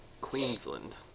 Queensland